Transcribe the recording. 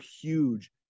huge